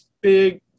big